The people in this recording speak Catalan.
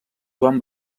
joan